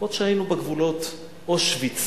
עוד כשהיינו בגבולות אושוויץ.